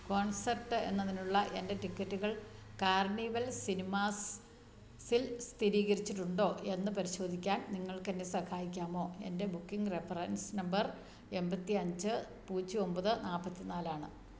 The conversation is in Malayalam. കോൺസെർട്ട് എന്നതിനുള്ള എൻ്റെ ടിക്കറ്റുകൾ കാർണിവൽ സിനിമാസിൽ സ്ഥിരീകരിച്ചിട്ടുണ്ടോ എന്നു പരിശോധിക്കാൻ നിങ്ങൾക്കെന്നെ സഹായിക്കാമോ എൻ്റെ ബുക്കിംഗ് റഫറൻസ് നമ്പർ എണ്പത്തിയഞ്ച് പൂജ്യം ഒന്പത് നാല്പത്തിനാലാണ്